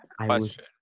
Question